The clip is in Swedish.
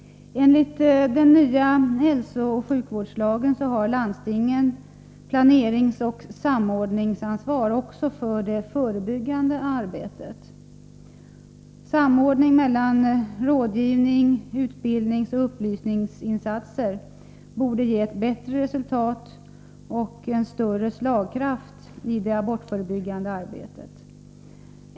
Enligt den nya hälsooch sjukvårdslagen har landstingen planeringsoch samordningsansvar också för det förebyggande arbetet. Samordning mellan rådgivnings-, utbildningsoch upplysningsinsatser borde ge ett bättre resultat och en större slagkraft i det abortförebyggande arbetet.